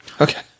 Okay